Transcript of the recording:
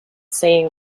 saying